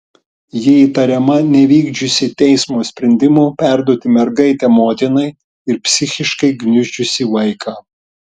ji įtariama nevykdžiusi teismo sprendimo perduoti mergaitę motinai ir psichiškai gniuždžiusi vaiką